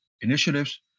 initiatives